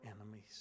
enemies